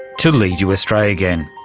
to lead you astray again.